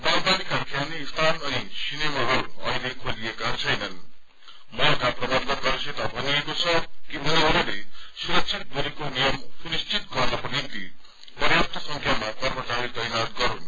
बाल बालिका खेल्ने स्थान अनि सिनेमा हल अहिले खेलिएका छैनन् माका प्रबन्धकहरूसित भनिएको छ कि उनीहरूले सुरक्षित दूरीको नियम सुनिश्चित गर्नको निम्ति पर्याप्त संख्यामा कर्मचारी तैनात गरून्